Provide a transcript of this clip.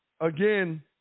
again